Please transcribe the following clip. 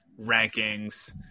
rankings